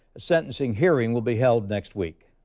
the sentencing hearing will be held next week.